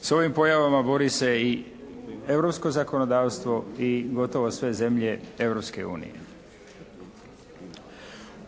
S ovim pojavama bori se i europsko zakonodavstvo i gotovo sve zemlje Europske unije.